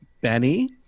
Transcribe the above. Benny